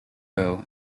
though